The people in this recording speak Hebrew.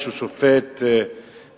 שהוא שופט באמת,